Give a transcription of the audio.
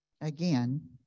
again